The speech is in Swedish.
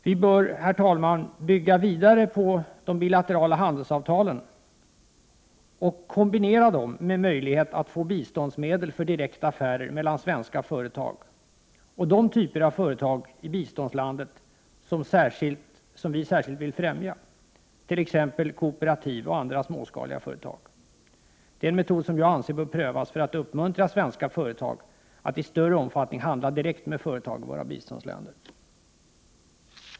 Vi bör, herr talman, bygga vidare på de bilaterala handelsavtalen och kombinera dem med möjlighet att få biståndsmedel för direkta affärer mellan svenska företag och de typer av företag i biståndslandet som vi särskilt vill främja, t.ex. kooperativ och andra småskaliga företag. Det är en metod som jag anser bör prövas för att uppmuntra svenska företag att i större omfattning handla direkt med företag i våra biståndsländer.